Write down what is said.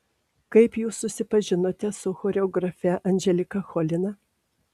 kaip jūs susipažinote su choreografe anželika cholina